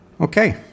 Okay